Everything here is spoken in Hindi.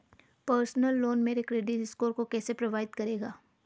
पर्सनल लोन मेरे क्रेडिट स्कोर को कैसे प्रभावित करेगा?